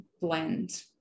blend